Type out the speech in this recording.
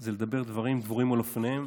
זה לדבר דברים דבורים על אופניהם